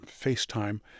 FaceTime